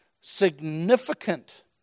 significant